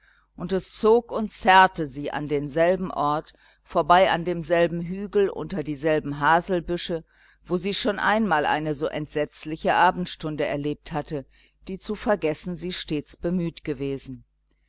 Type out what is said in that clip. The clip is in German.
und es zog und zerrte sie an denselben ort vorbei an demselben hügel unter dieselben haselbüsche wo sie schon einmal eine so entsetzliche abendstunde erlebt hatte die zu vergessen sie stets bemüht gewesen